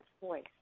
voice